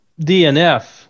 DNF